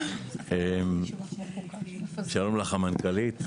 שלום לך, המנכ"לית.